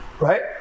Right